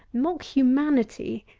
mock-humanity,